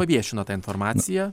paviešino tą informaciją